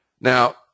Now